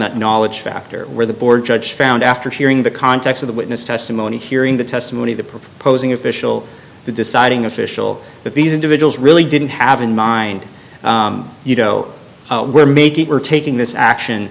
that knowledge factor where the board judge found after hearing the context of the witness testimony hearing the testimony of the proposing official the deciding official that these individuals really didn't have in mind you know we're making we're taking this action